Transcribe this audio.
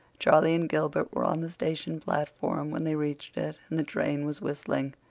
charlie and gilbert were on the station platform when they reached it, and the train was whistling.